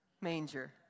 manger